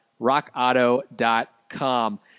rockauto.com